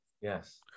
Yes